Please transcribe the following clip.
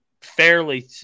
fairly